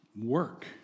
work